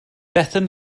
bethan